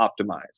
optimize